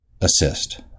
assist